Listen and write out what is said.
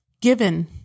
given